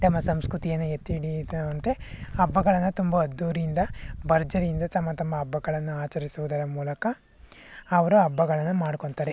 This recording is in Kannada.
ತಮ್ಮ ಸಂಸ್ಕೃತಿಯನ್ನು ಎತ್ತಿ ಹಿಡಿಯುವಂತೆ ಹಬ್ಬಗಳನ್ನು ತುಂಬ ಅದ್ಧೂರಿಯಿಂದ ಭರ್ಜರಿಯಿಂದ ತಮ್ಮ ತಮ್ಮ ಹಬ್ಬಗಳನ್ನು ಆಚರಿಸುವುದರ ಮೂಲಕ ಅವರು ಹಬ್ಬಗಳನ್ನು ಮಾಡ್ಕೊಳ್ತಾರೆ